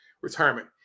retirement